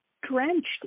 drenched